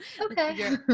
okay